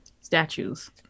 statues